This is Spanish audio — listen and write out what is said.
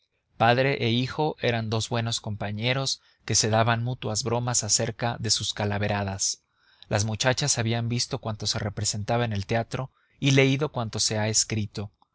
padre e hijo eran dos buenos compañeros que se daban mutuas bromas acerca de sus calaveradas las muchachas habían visto cuanto se representaba en el teatro y leído cuanto se ha escrito